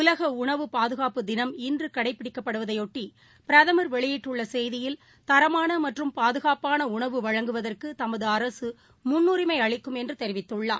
உலகஉணவு பாதுகாப்பு தினம் இன்றுகடைபிடிக்கப்படுவதையொட்டி பிரதமர் வெளியிட்டுள்ளசெய்தியில் தரமானமற்றும் பாதுகாப்பானஉணவு வழங்குவதற்குதமதுஅரசுமுன்னுரிமைஅளிக்கும் என்றுதெரிவித்துள்ளார்